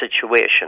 situation